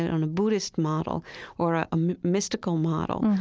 on a buddhist model or a um mystical model,